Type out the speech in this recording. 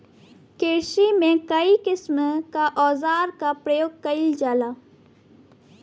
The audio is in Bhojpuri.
किरसी में कई किसिम क औजार क परयोग कईल जाला